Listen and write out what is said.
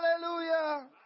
Hallelujah